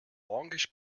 longish